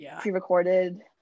pre-recorded